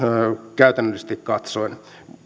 käytännöllisesti katsoen